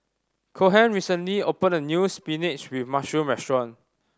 Cohen recently opened a new spinach with mushroom restaurant